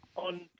On